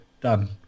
Done